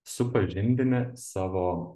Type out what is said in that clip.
supažindini savo